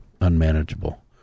unmanageable